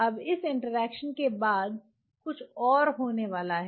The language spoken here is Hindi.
अब इस इंटरैक्शन के बाद कुछ और होने वाला है